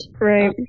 Right